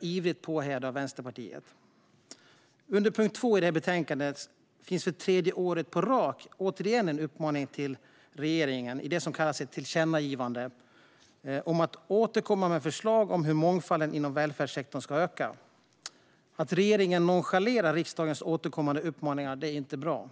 ivrigt påhejade av Vänsterpartiet, vill införa. Under punkt 2 i betänkandet finns för tredje året på raken återigen en uppmaning till regeringen, i det som kallas tillkännagivande, att återkomma med förslag om hur mångfalden inom välfärdssektorn ska öka. Att regeringen nonchalerar riksdagens återkommande uppmaningar är inte bra.